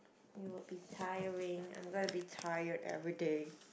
it will be tiring I'm gonna be tired everyday